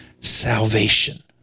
salvation